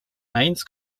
eins